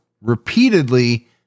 repeatedly